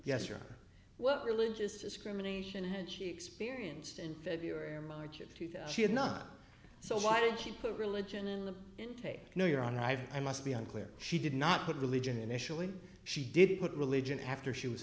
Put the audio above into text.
yes or what religious discrimination had she experienced in february or march of two thousand and not so why did she put religion in the intake no your honor i must be unclear she did not put religion initially she didn't put religion after she was